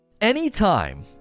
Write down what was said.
anytime